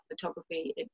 photography